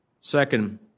Second